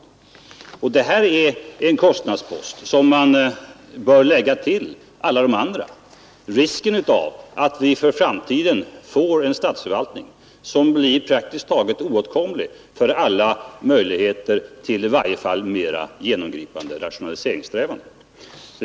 Detta är en kostnadspost som man bör lägga till alla de andra: Risken för att vi för framtiden fär en statsförvaltning som blir praktiskt taget oätkomlig för i varje fall mera genomgripande rationaliseringssträvanden.